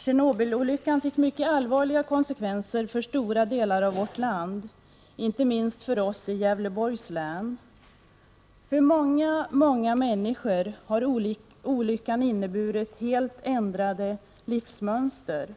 Tjernobylolyckan fick mycket allvarliga konsekvenser för stora delar av vårt land, inte minst för oss i Gävleborgs län. För många människor har olyckan inneburit helt ändrade livsmönster.